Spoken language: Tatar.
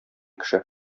кеше